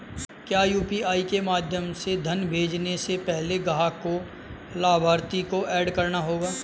क्या यू.पी.आई के माध्यम से धन भेजने से पहले ग्राहक को लाभार्थी को एड करना होगा?